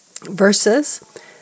verses